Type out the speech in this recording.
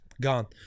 gone